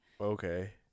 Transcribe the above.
Okay